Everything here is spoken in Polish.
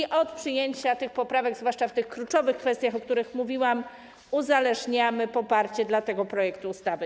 I od przyjęcia tych poprawek, zwłaszcza w tych kluczowych kwestiach, o których mówiłam, uzależniamy poparcie dla tego projektu ustawy.